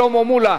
מי בעד?